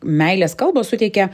meilės kalbos suteikia